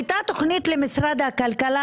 הייתה תוכנית למשרד הכלכלה,